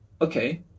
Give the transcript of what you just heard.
Okay